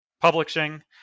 publishing